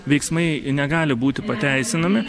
veiksmai negali būti pateisinami